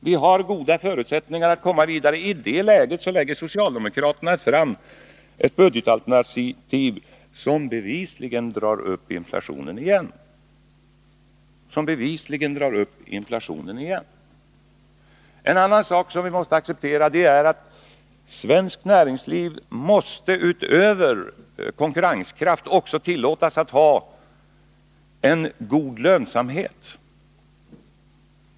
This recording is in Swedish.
Vi har goda förutsättningar att komma vidare. I det läget lägger socialdemokraterna fram ett budgetalternativ som bevisligen driver upp inflationen igen. En annan sak som vi måste acceptera är att svenskt näringsliv utöver konkurrenskraft också måste tillåtas ha en god lönsamhet.